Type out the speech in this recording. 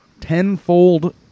tenfold